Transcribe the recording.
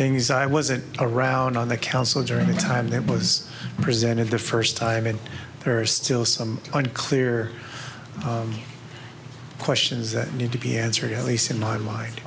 things i wasn't around on the council during the time that was presented the first time and there are still some unclear questions that need to be answered at least in my mind